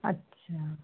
ਅੱਛਾ